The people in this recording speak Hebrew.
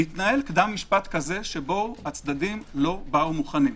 מתנהל קדם משפט כזה שבו הצדדים לא באו מוכנים.